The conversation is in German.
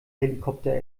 helikopter